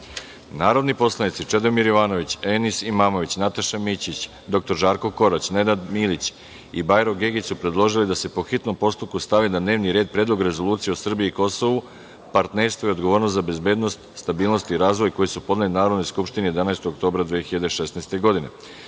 Predlog. Narodni poslanici Čedomir Jovanović, Enis Imamović, Nataša Mićić, dr Žarko Korać, Nenad Milić i Bajro Gegić su predložili da se po hitnom postupku stavi na dnevni red Predlog rezolucije o Srbiji i Kosovu, partnerstvu i odgovornosti za bezbednost, stabilnost i razvoj, koji su podneli Narodnoj skupštini 11. oktobra 2016.